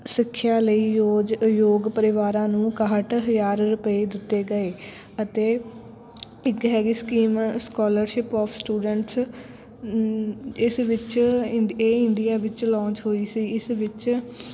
ਸਿੱਖਿਆ ਲਈ ਯੋਜ ਯੋਗ ਪਰਿਵਾਰਾਂ ਨੂੰ ਇੱਕਾਹਠ ਹਜ਼ਾਰ ਰੁਪਏ ਦਿੱਤੇ ਗਏ ਅਤੇ ਇੱਕ ਹੈਗੀ ਸਕੀਮ ਸਕੋਲਰਸ਼ਿਪ ਆਫ ਸਟੂਡੈਂਟਸ ਇਸ ਵਿੱਚ ਇੰਡ ਇਹ ਇੰਡੀਆ ਵਿੱਚ ਲਾਂਚ ਹੋਈ ਸੀ ਇਸ ਵਿੱਚ